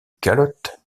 calotte